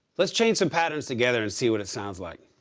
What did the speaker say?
let's chain some patterns together and see what it sounds like.